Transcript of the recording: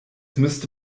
müsste